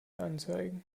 anzeigen